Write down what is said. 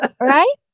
Right